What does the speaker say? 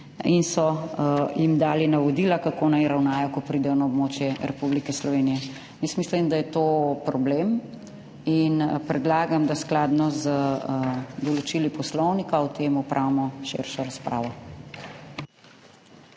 in so jim dali navodila, kako naj ravnajo, ko pridejo na območje Republike Slovenije. Jaz mislim, da je to problem in predlagam, da skladno z določili poslovnika o tem opravimo širšo razpravo.